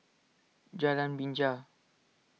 Jalan Binja